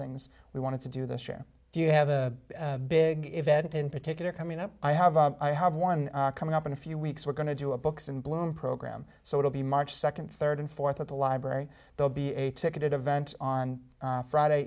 things we wanted to do this year do you have a big event in particular coming up i have a i have one coming up in a few weeks we're going to do a books in bloom program so it'll be march second third and fourth at the library they'll be a ticketed event on friday